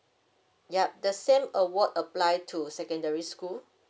yup the same award apply to secondary school